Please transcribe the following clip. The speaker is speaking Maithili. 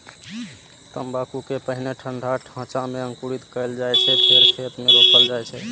तंबाकू कें पहिने ठंढा ढांचा मे अंकुरित कैल जाइ छै, फेर खेत मे रोपल जाइ छै